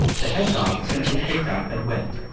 the hedgehog simply picked up and went.